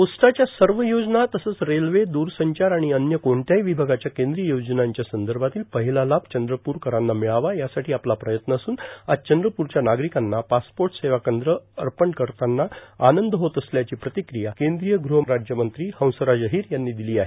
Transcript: पोस्टाच्या सव योजना तसंच रेल्वे द्रसंचार किंवा आर्गण अन्य कोणत्याही र्यावभागाच्या कद्रीय योजनांच्या संदभातील र्पाहला लाभ चंद्रपूरकरांना र्मिळावा यासाठी आपला प्रयत्न असून आज चंद्रपूरच्या नार्गारकांना पासपोट सेवा केन्द्र अपण करताना आनंद होत असल्याची प्र्रातक्रिया कद्रीय गृहराज्यमंत्री हंसराज र्अाहर यांनी दिलो आहे